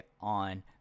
on